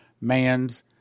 man's